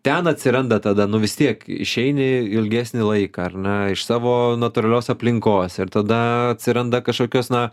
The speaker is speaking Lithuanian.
ten atsiranda tada nu vis tiek išeini ilgesnį laiką ar ne iš savo natūralios aplinkos ir tada atsiranda kažkokios na